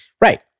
Right